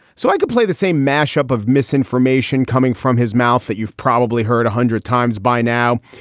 so i could play the same mash up of misinformation coming from his mouth that you've probably heard a hundred times by now.